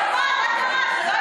חבר הכנסת מיקי לוי, איננו.